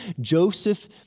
Joseph